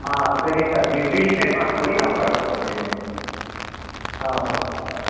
ಹಾಂ ಸರಿ ಸರ್ ನೀವು ಬಿಲ್ ಪೇ ಮಾಡ್ಕೊಳ್ಳಿ ನಾವು ಕಳ್ಸ್ಕೊಡ್ತೀವಿ ನಿಮಗೆ ಹಾಂ ಓಕೆ ಸರ್